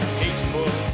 hateful